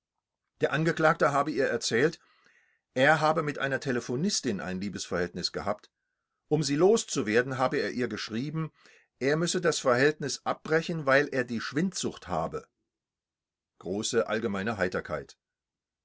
der angeklagte habe ihr erzählt er habe mit einer telephonistin ein liebesverhältnis gehabt um sie loszuwerden habe er ihr geschrieben er müsse das verhältnis abbrechen weil er die schwindsucht habe